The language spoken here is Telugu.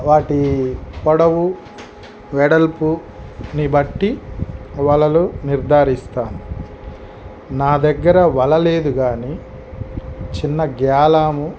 వాటి పొడవు వెడల్పుని బట్టి వలలు నిర్ధారిస్తాము నా దగ్గర వల లేదు కానీ చిన్న గాలాము